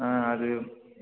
ஆ அது